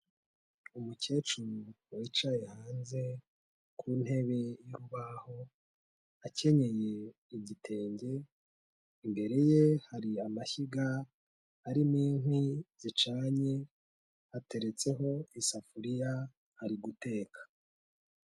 Umukecuru wicaye hanze ku ntebe y'urubaho akenyeye igitenge, imbere ye hari amashyiga arimo inkwi zicanye hateretseho isafuriya ari guteka.